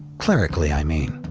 clerically i mean,